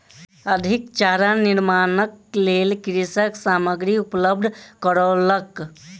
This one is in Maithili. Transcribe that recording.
अधिक चारा निर्माणक लेल कृषक सामग्री उपलब्ध करौलक